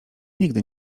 nigdy